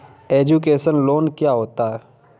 Education loan क्या होता है?